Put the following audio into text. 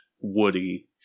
Woody